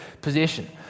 possession